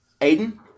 Aiden